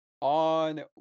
on